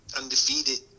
Undefeated